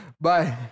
Bye